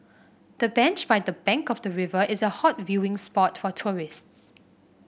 the bench by the bank of the river is a hot viewing spot for tourists